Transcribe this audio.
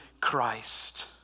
Christ